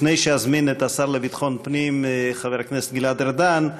לפני שאזמין את השר לביטחון הפנים חבר הכנסת גלעד ארדן,